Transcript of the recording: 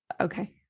Okay